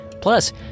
Plus